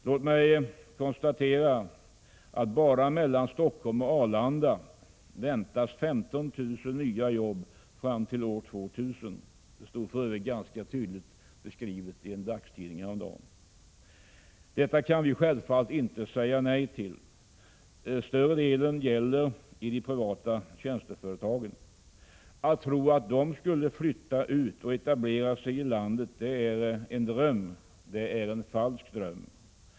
Låt mig konstatera att bara mellan Stockholm och Arlanda väntas 15 000 nya jobb fram till år 2000 — det stod för övrigt ganska tydligt i tidningen häromdagen. Detta kan vi självfallet inte säga nej till. Större delen av denna expansion väntas i de privata tjänsteföretagen. Att tro att de skulle flytta ut och etablera sig i landet i övrigt är en falsk dröm.